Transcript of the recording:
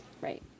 Right